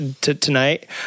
tonight